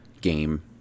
game